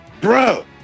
Bro